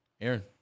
Aaron